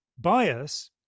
Bias